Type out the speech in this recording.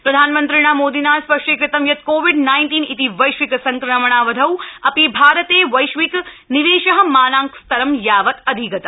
प्रधानमन्त्रिणा मोदिना स्थष्टीक़तं यत् कोविड नाइन्टीन इति वैश्विक संक्रमणावधौ अप्रि भारते वैश्विक निवेश मानांक स्तरं यावत् अधिगत